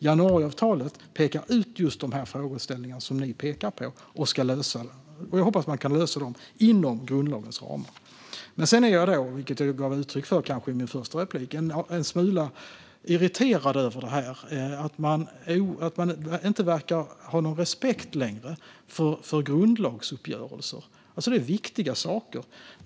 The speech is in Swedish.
Januariavtalet pekar ut de frågor som ni har tagit upp, och jag hoppas att vi kan lösa dem inom grundlagens ramar. Sedan gav jag i mitt första inlägg uttryck för att jag är en smula irriterad över att man inte längre har någon respekt för grundlagsuppgörelser. Det är viktiga saker.